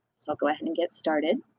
so i'll go ahead and get started.